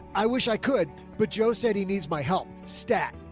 i wish i could, but joe said he needs my help stack.